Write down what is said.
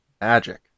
Magic